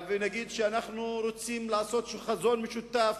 אבל בוא נגיד שאנחנו רוצים לעשות חזון משותף